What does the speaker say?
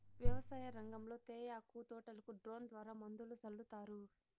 వ్యవసాయ రంగంలో తేయాకు తోటలకు డ్రోన్ ద్వారా మందులు సల్లుతారు